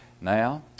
now